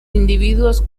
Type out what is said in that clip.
individuos